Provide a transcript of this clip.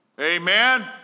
Amen